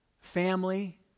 family